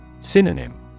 Synonym